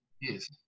yes